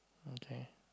okay